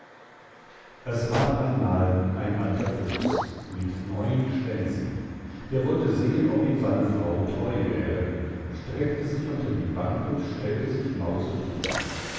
es war einmal ein alter fuchs mit neun schwänzen der wollte sehen ob ihm seine frau treu wäre streckte sich unter die bank und stellte sich mausetodt